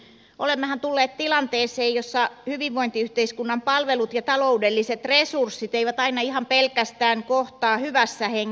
olemmehan tulleet tilanteeseen jossa hyvinvointiyhteiskunnan palvelut ja taloudelliset resurssit eivät ihan aina kohtaa pelkästään hyvässä hengessä